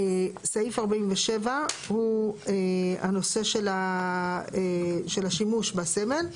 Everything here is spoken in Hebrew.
סעיף 47 הוא הנושא של השימוש בסמל,